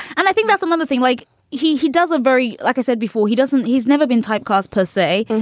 and i think that's another thing like he he does it very like i said before, he doesn't. he's never been typecast per say.